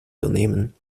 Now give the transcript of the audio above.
vernehmen